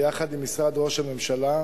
ביחד עם משרד ראש הממשלה,